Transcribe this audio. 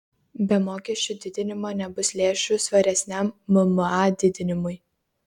be mokesčių didinimo nebus lėšų svaresniam mma didinimui